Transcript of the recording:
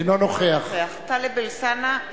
אינו נוכח טלב אלסאנע,